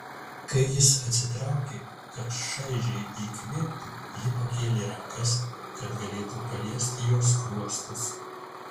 kai jis atsitraukė kad šaižiai įkvėptų ji pakėlė rankas kad galėtų paliesti jo skruostus